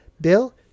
Bill